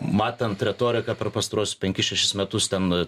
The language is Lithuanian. matant retoriką per pastaruosius penkis šešis metus ten